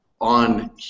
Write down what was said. on